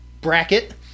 bracket